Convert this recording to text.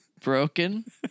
broken